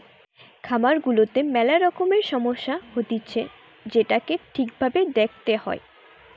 খামার গুলাতে মেলা রকমের সমস্যা হতিছে যেটোকে ঠিক ভাবে দেখতে হয়